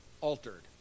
altered